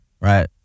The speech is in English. right